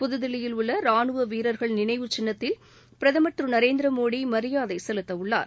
புதுதில்லியில் உள்ள ரானுவ வீரர்கள் நினைவுச் சின்ளத்தில் பிரதமர் திரு நரேந்திர மோடி மரியாதை செலுத்தவுள்ளார்